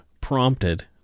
prompted